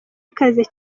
ikaze